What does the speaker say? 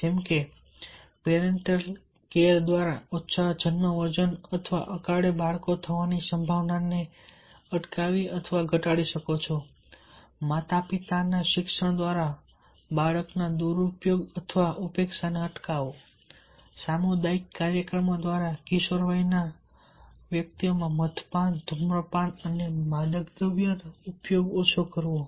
જેમકે parental care દ્વારા ઓછા જન્મવજન અથવા અકાળે બાળકો થવાની સંભાવનાને અટકાવી અથવા ઘટાડી શકો છો માતા પિતાના શિક્ષણ દ્વારા બાળકના દુરુપયોગ અથવા ઉપેક્ષાને અટકાવો સામુદાયિક કાર્યક્રમો દ્વારા કિશોરવયના મદ્યપાન ધૂમ્રપાન અને માદક દ્રવ્યોનો ઉપયોગ ઓછો કરવો